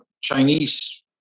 Chinese